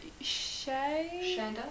Shay